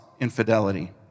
infidelity